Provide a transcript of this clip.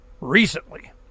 recently